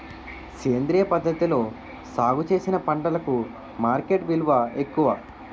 సేంద్రియ పద్ధతిలో సాగు చేసిన పంటలకు మార్కెట్ విలువ ఎక్కువ